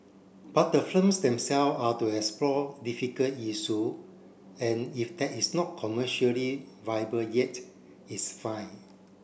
but the films them self are to explore difficult issue and if that is not commercially viable yet it's fine